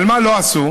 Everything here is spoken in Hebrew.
אבל מה לא עשו?